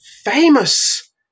famous